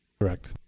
correct.